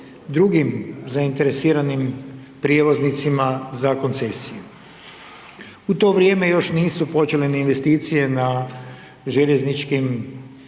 drugim zainteresiranim prijevoznicima za koncesiju? U to vrijeme još nisu počele ni investicije na željezničkoj